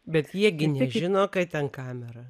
bet jie gi nežino kad ten kamera